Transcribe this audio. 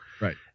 right